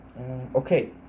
okay